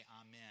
amen